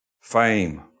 fame